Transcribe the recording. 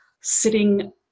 sitting